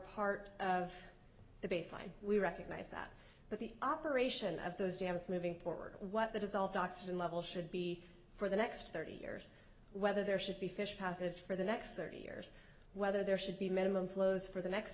baseline we recognize that but the operation of those dams moving forward what the dissolved oxygen level should be for the next thirty years whether there should be fish passage for the next thirty years whether there should be minimum flows for the next